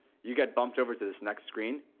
you get bumped over to this next screen.